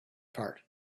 part